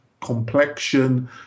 complexion